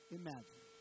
imagine